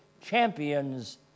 champions